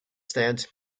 stands